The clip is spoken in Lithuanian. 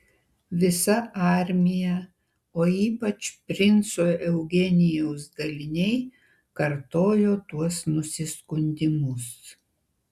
visa armija o ypač princo eugenijaus daliniai kartojo tuos nusiskundimus